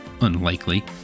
unlikely